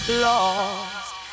Lost